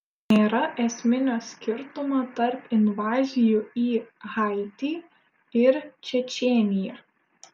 nėra esminio skirtumo tarp invazijų į haitį ir čečėniją